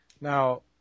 Now